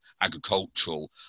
agricultural